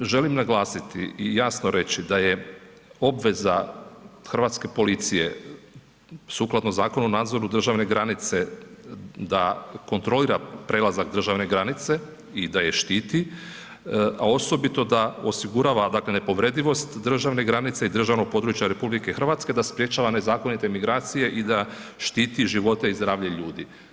Želim naglasiti i jasno reći, da je obveza hrvatske policije, sukladno Zakonu o nadzoru državne granice, da kontrolira prelazak državne granice i da je štiti, a osobito da osigurava dakle nepovredljivost državne granice i državnog područja RH, da sprječava nezakonite migracije i da štiti živote i zdravlje ljudi.